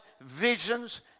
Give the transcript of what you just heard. visions